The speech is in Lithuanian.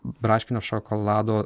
braškinio šokolado